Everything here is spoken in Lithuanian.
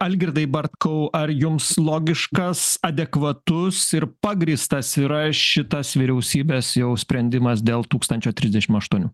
algirdai bartkau ar jums logiškas adekvatus ir pagrįstas yra šitas vyriausybės jau sprendimas dėl tūkstančio trisdešimt aštuonių